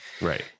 right